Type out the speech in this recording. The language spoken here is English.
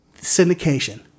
Syndication